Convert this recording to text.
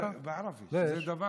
אני לא יודע.) (אומר בערבית: לא יודע?)